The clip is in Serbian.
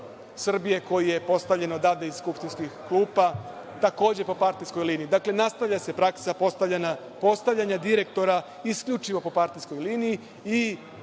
koji je postavljen odavde iz skupštinskih klupa, takođe po partijskoj liniji. Dakle, nastavlja se praksa postavljanja direktora isključivo po partijskoj liniji i